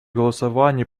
голосовании